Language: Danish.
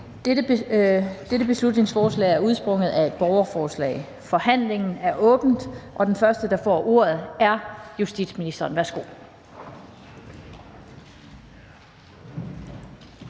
Dette beslutningsforslag er udsprunget af et borgerforslag. Forhandlingen er åbnet, og den første, der får ordet, er justitsministeren.